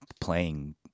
playing